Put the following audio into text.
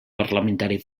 parlamentari